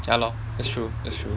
ya lor that's true that's true